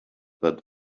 that